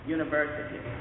University